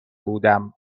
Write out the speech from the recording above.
بودم